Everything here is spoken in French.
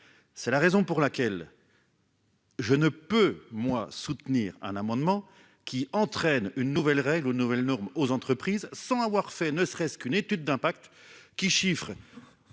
C'est la raison pour laquelle. Je ne peux moi soutenir un amendement qui entraîne une nouvelle règle aux nouvelles normes aux entreprises sans avoir fait ne serait-ce qu'une étude d'impact qui chiffrent.